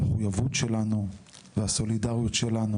המחויבות שלנו והסולידריות שלנו,